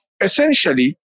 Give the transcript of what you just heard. Essentially